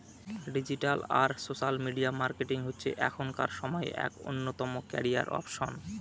digital আর social media marketing হচ্ছে এখনকার সময়ে এক অন্যতম ক্যারিয়ার অপসন